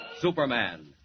Superman